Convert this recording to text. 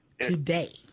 today